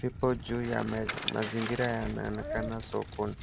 Vipo juu ya meza. Mazingira yanaonekana sokoni.